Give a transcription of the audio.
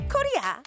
Korea